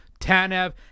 Tanev